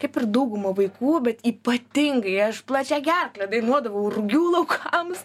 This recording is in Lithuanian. kaip ir dauguma vaikų bet ypatingai aš plačia gerkle dainuodavau rugių laukams